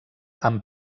amb